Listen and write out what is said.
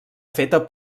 feta